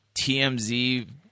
TMZ